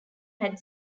had